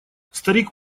старик